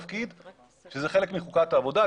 שזה חלק מחוקת העבודה,